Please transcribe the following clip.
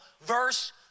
verse